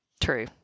True